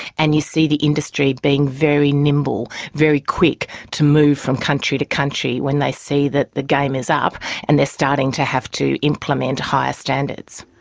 and you see the industry being very nimble, very quick to move from country to country when they see that the game is up and they are starting to have to implement higher standards.